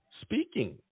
speaking